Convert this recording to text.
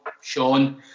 Sean